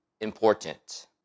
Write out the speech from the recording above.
important